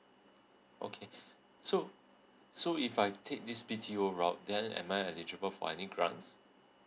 okay so so if I take this B_T_O route then am I eligible for any grants